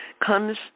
comes